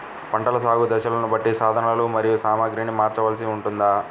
పంటల సాగు దశలను బట్టి సాధనలు మరియు సామాగ్రిని మార్చవలసి ఉంటుందా?